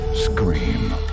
scream